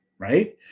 Right